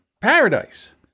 Paradise